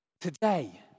Today